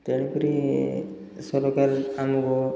ତେଣୁକରି ସରକାର ଆମକୁ